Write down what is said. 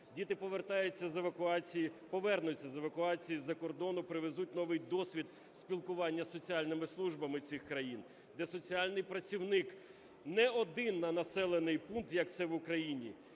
повернуться з евакуації з-за кордону, привезуть новий досвід спілкування з соціальними службами цих країн, де соціальний працівник не один на населений пункт, як це в Україні,